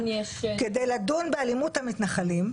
כדי לדון באלימות המתנחלים.